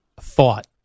thought